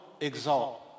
exalt